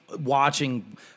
watching